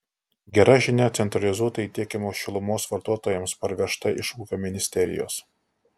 gera žinia centralizuotai tiekiamos šilumos vartotojams parvežta iš ūkio ministerijos